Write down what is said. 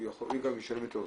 הוא גם ישלם יותר זול,